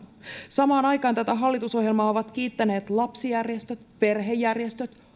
samaan aikaan tätä hallitusohjelmaa ovat kiittäneet lapsijärjestöt perhejärjestöt